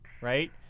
right